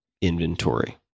inventory